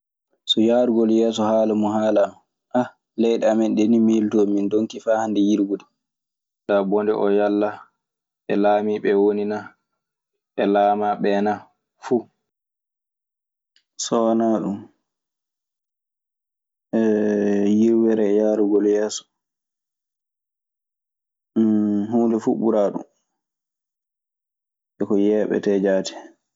So yaarugol yeeso haala mun haalaama, e leyɗe amennɗe ni miilotoomi, min ndonki faa hande yirwude. Min anndaa bone oo yalla e laamiiɓe woni naa e laamaaɓe naa, fu. So wanaa ɗun, yirwere e yaarugol yeeso huunde fuu ɓuraa ɗun. E ko yeeɓetee jaati.